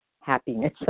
happiness